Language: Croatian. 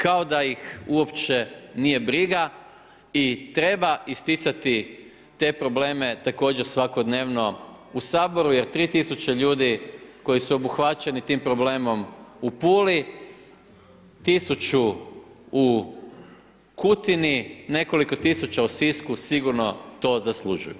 Kao da ih uopće nije briga i treba isticati te probleme također svakodnevno u Saboru jer 3 000 ljudi koji su obuhvaćeni tim problemom u Puli, 1 000 u Kutini, nekoliko tisuća u Sisku sigurno to zaslužuju.